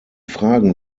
fragen